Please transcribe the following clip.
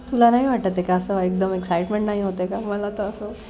तुला नाही वाटते का असं एकदम एक्साईटमेंट नाही होते का मला तर असं